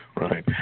right